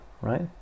right